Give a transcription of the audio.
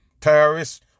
Terrorists